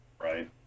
right